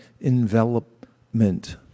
envelopment